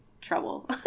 trouble